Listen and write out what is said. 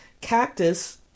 cactus